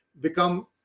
become